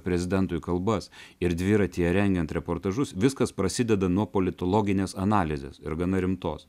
prezidentui kalbas ir dviratyje rengiant reportažus viskas prasideda nuo politologinės analizės ir gana rimtos